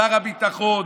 שר הביטחון,